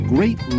Great